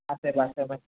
किथे किथे वञ